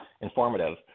informative